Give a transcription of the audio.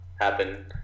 happen